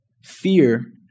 Fear